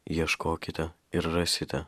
ieškokite ir rasite